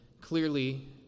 clearly